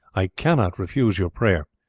i cannot refuse your prayer.